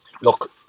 look